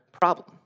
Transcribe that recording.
problem